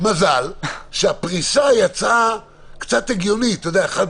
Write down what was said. אבל זאת לא המציאות עבור רוב אזרחי ישראל.